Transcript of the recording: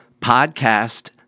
podcast